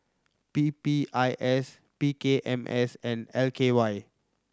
P P I S P K M S and L K Y